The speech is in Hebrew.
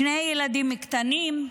שני ילדים קטנים,